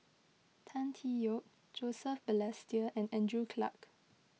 Tan Tee Yoke Joseph Balestier and Andrew Clarke